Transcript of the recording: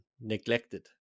neglected